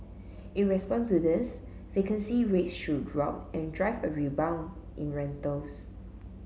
in response to this vacancy rates should drop and drive a rebound in rentals